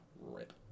Rip